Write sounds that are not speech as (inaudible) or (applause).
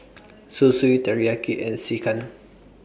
(noise) Zosui Teriyaki and Sekihan